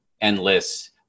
endless